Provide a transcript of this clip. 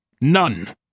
None